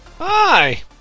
Hi